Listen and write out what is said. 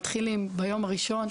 מתחילים ביום הראשון,